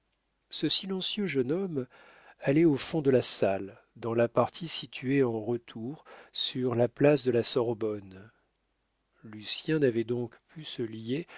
ce silencieux jeune homme allait au fond de la salle dans la partie située en retour sur la place de la sorbonne lucien n'avait donc pu se lier